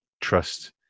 trust